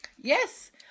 Yes